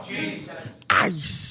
Jesus